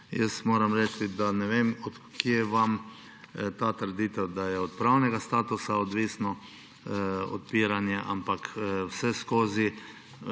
Jaz moram reči, da ne vem od kod vam ta trditev, da je od pravnega statusa odvisno odpiranje. Vseskozi